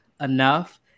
enough